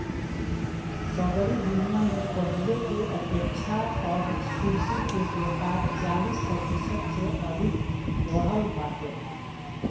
सगरी दुनिया में पहिले के अपेक्षा अब सुर्ती के व्यापार चालीस प्रतिशत से अधिका बढ़ल बाटे